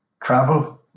Travel